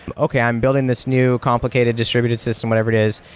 okay, i'm building this new complicated distributed system, whatever it is,